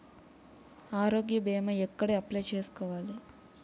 ఆరోగ్య భీమా ఎక్కడ అప్లయ్ చేసుకోవాలి?